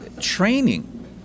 training